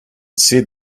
said